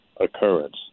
occurrence